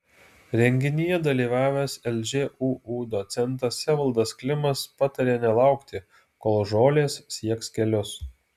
renginyje dalyvavęs lžūu docentas evaldas klimas patarė nelaukti kol žolės sieks kelius